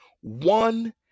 one